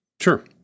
Sure